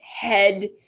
head